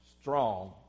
strong